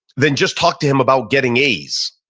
than just talk to him about getting a's.